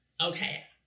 Okay